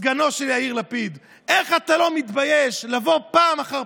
סגנו של יאיר לפיד: איך אתה לא מתבייש לבוא פעם אחר